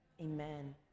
amen